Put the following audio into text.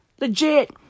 legit